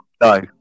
No